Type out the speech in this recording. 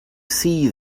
see